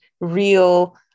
real